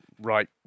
right